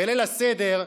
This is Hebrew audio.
בליל הסדר,